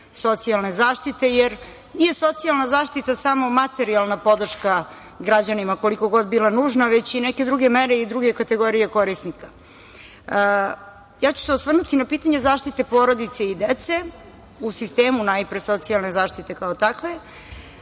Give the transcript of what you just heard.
socijalne zaštite, jer nije socijalna zaštita samo materijalna podrška građanima, koliko god bila nužna, već i neke druge mere i druge kategorije korisnika. Osvrnuću se na pitanje zaštite porodice i dece, najpre u sistemu socijalne zaštite kao takve,